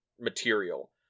material